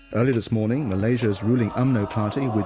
early this morning, malaysia's ruling umno party